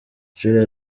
julia